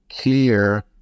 clear